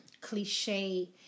cliche